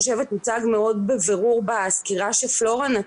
הנושא השלישי זה הנושא של איסוף וניתוח